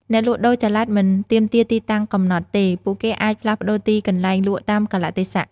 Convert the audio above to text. អ្នកលក់ដូរចល័តមិនទាមទារទីតាំងកំណត់ទេ ពួកគេអាចផ្លាស់ប្តូរទីកន្លែងលក់តាមកាលៈទេសៈ។